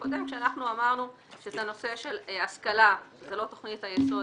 הקודם כשאנחנו אמרנו שהנושא של השכלה זה לא תכנית היסוד,